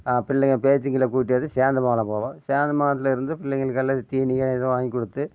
பிள்ளைங்கள் பேத்திங்களை கூட்டியாந்து சேந்தமங்கலம் போவோம் சேந்தமங்கலத்திலேருந்து பிள்ளைங்களுக்கு எல்லாம் தீனியோ ஏதோ வாங்கி கொடுத்து